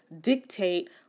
dictate